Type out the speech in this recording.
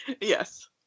Yes